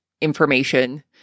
information